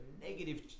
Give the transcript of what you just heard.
negative